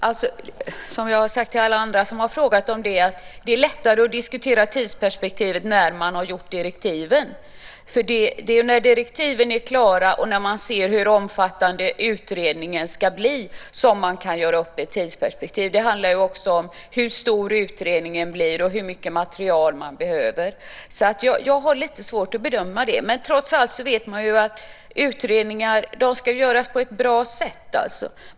Fru talman! Jag har sagt till andra som har frågat om det att det är lättare att diskutera tidsperspektivet när direktiven är klara. När man ser hur omfattande utredningen kommer att bli kan man göra upp ett tidsperspektiv. Det handlar också om hur stor utredningen blir och hur mycket material man behöver. Jag har lite svårt att bedöma detta. Trots allt vet man att utredningar ska göras på ett bra sätt.